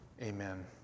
amen